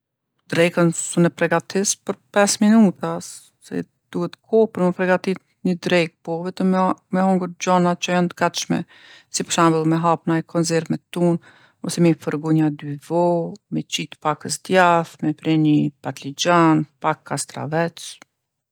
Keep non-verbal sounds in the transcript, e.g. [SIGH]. Drekën sun e pregatis për pesë minuta [HESITATION] se duhet kohë për me pregaditë një drekë, po vetëm me [HESITATION] hongër gjana që janë t'gatshme, si për shembull me hap naj konzervë me tunë, ose mi fërgu nja dy vo, mi qit pakës djath, me pre nji patligjon, pak kastravec.